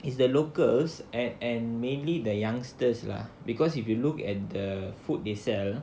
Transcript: is the locals at and mainly the youngsters lah because if you look at the food they sell